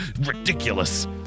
Ridiculous